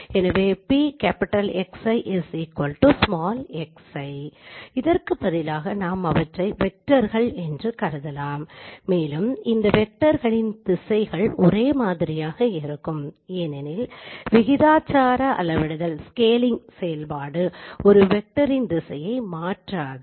எனவே PXi xi இதற்கு பதிலாக நாம் அவற்றை வெக்டர்கள் என்று கருதலாம் மேலும் இந்த வெக்டர்களின் திசைகள் ஒரே மாதிரியாக இருக்கும் ஏனெனில் விகிதாசார அளவிடுதல் செயல்பாடு ஒரு வெக்டரின் திசையை மாற்றாது